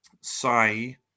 say